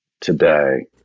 today